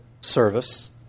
service